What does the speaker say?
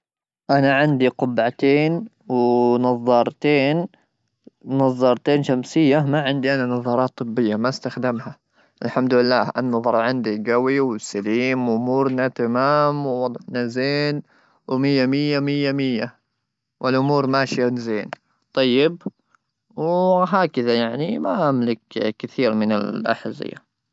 انا عندي قبعتين ,ونظار نظارتين شمسيه, ما عندي انا نظارات طبيه ما استخدمها الحمد لله انه طلع عندي قوي وسليم وامورنا تمام ,واحنا زين وميه ميه ميه ميه ,والامور ماشيه زين طيب وهكذا يعني ما املك كثير من الاحذيه.